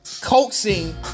coaxing